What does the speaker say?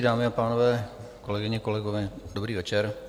Dámy a pánové, kolegyně, kolegové, dobrý večer.